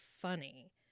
funny